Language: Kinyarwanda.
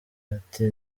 ati